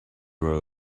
were